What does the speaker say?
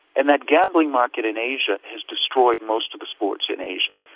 and that gambling market in asia has destroyed most of the sports in asia.